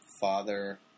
Father